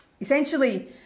Essentially